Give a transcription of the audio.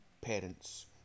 parents